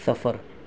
سفر